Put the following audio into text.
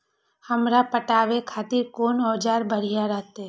हमरा पटावे खातिर कोन औजार बढ़िया रहते?